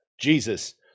Jesus